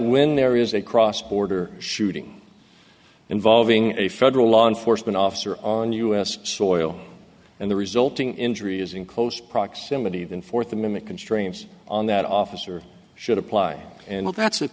when there is a cross border shooting involving a federal law enforcement officer on u s soil and the resulting injury is in close proximity even fourth amendment constraints on that officer should apply and that's